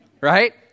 right